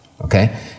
Okay